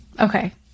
Okay